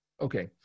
Okay